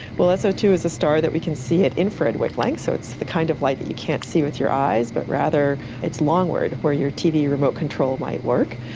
well, so two is a star that we can see at infrared wavelengths, so it's the kind of light that you can't see with your eyes but rather it's longward, where your tv remote control might work.